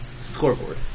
Scoreboard